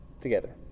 together